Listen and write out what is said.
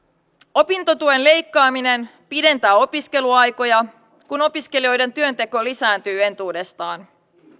opintotuen leikkaaminen pidentää opiskeluaikoja kun opiskelijoiden työnteko lisääntyy entuudestaan